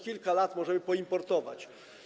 Kilka lat możemy poimportować.